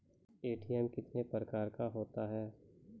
ATM कितने प्रकार का होता हैं?